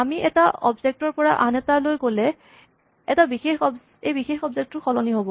আমি এটা অবজেক্ট ৰ পৰা আন এটালৈ গ'লে এই বিশেষ অবজেক্ট টোৰ সলনি হ'ব